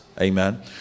Amen